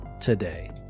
today